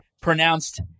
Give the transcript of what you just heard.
Pronounced